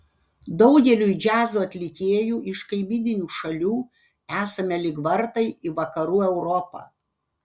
daugeliui džiazo atlikėjų iš kaimyninių šalių esame lyg vartai į vakarų europą